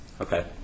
okay